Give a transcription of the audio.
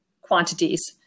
quantities